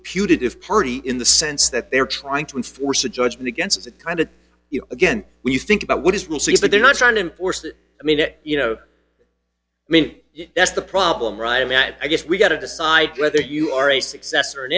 putative party in the sense that they're trying to enforce a judgment against that kind of you again when you think about what israel says but they're not trying to enforce it i mean you know i mean that's the problem right i mean i guess we've got to decide whether you are a success or an